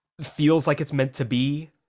feels-like-it's-meant-to-be